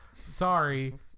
Sorry